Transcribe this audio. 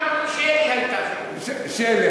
ופעם שלי הייתה שם.